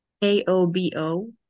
K-O-B-O